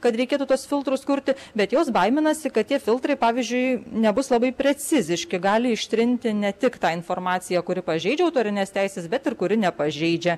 kad reikėtų tuos filtrus kurti bet jos baiminasi kad tie filtrai pavyzdžiui nebus labai preciziški gali ištrinti ne tik tą informaciją kuri pažeidžia autorines teises bet ir kuri nepažeidžia